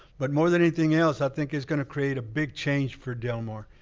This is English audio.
but, more than anything else, i think it's gonna create a big change for del mar.